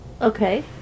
Okay